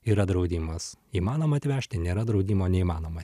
yra draudimas įmanoma atvežti nėra draudimo neįmanoma